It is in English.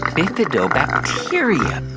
bifidobacteria.